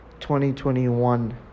2021